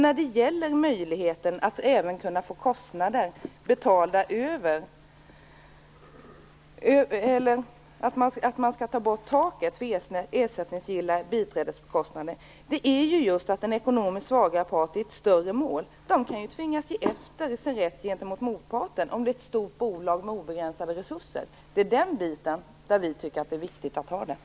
När det gäller detta med att ta bort taket för ersättningsgilla biträdeskostnader vill jag framhålla att den ekonomiskt svagare parten i ett större mål kan tvingas ge efter sin rätt gentemot motparten, som kanske är ett stort bolag med obegränsade resurser. Där tycker vi att det är viktigt att ha med detta.